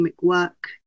work